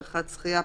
בריכת שחייה,